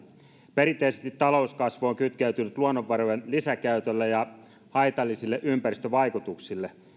perinteisesti talouskasvu on kytkeytynyt luonnonvarojen lisäkäyttöön ja haitallisiin ympäristövaikutuksiin